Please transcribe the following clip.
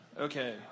Okay